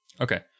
Okay